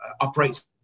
operates